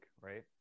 right